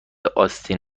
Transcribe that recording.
آستین